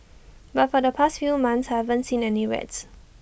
but for the past few months I haven't seen any rats